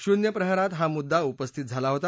शून्य प्रहरात हा मुद्दा उपस्थित झाला होता